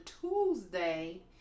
Tuesday